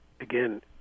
again